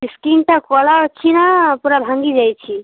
ସ୍କ୍ରୀନଟା କଳା ଅଛି ନା ପୂରା ଭାଙ୍ଗି ଯାଇଛି